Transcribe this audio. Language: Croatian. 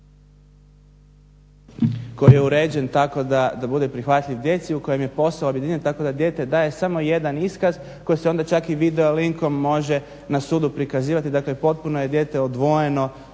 koji je uređen tako da bude prihvatljiv djeci u kojem je posao objedinjen tako da dijete daje samo jedan iskaz koji se onda čak i video linkom može na sudu prikazivati, dakle potpuno je dijete odvojeno